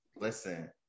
listen